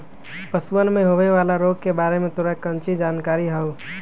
पशुअन में होवे वाला रोग के बारे में तोरा काउची जानकारी हाउ?